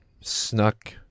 snuck